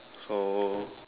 so